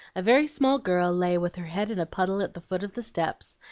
a very small girl lay with her head in a puddle at the foot of the steps,